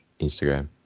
Instagram